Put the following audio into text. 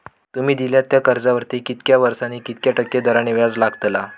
तुमि दिल्यात त्या कर्जावरती कितक्या वर्सानी कितक्या टक्के दराने व्याज लागतला?